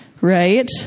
Right